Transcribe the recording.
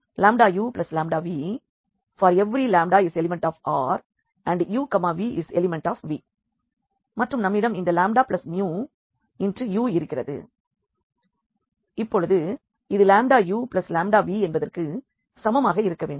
uvλuλv∀λ∈Randuv∈V மற்றும் நம்மிடம் இந்த λμu இருக்கிறது இப்பொழுது இது uλv என்பத்திற்கு சமமாக இருக்க வேண்டும்